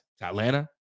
Atlanta